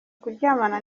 kuryamana